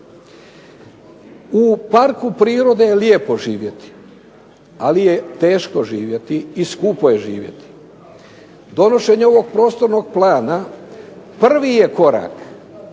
U parku prirode je lijepo živjeti, ali je teško živjeti i skupo je živjeti. Donošenje ovog prostornog plana prvi je korak